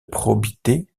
probité